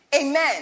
Amen